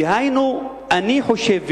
דהיינו, אני חושב ומאמין,